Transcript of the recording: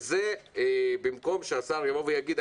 וזה במקום שהשר יבוא ויגיד,